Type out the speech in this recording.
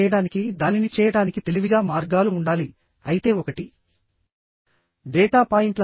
dh అనేది bolt holes యొక్క diameter